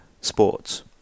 sports